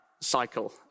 cycle